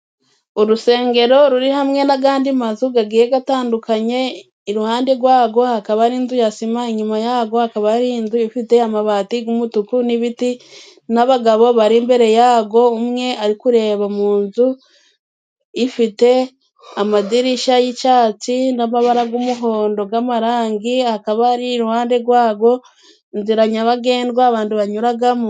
Urusengero ruri hamwe n'agandi mazu gagiye gatandukanye, iruhande rwago hakaba hari inzu yasima, inyuma yarwo hakaba hari indi nzu ifite amabati g'umutuku, n'ibiti, n'abagabo bari imbere yago, umwe ari kureba mu nzu ifite amadirishya y'icyatsi, n'amabarara g'umuhondo g'amarangi, akaba ari iruhande rwago, I inzira nyabagendwa abandu banyuragamo.